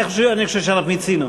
אני חושב שאנחנו מיצינו.